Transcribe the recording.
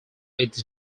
its